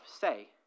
say